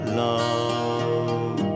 love